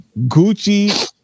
Gucci